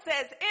says